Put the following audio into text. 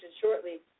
shortly